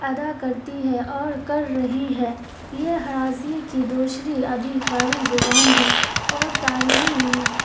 ادا کرتی ہے اور کر رہی ہے یہ اراضی کی دوسری آدھیکاری زبان ہے اور تعلیمی